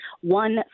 One